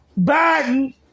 Biden